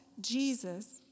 Jesus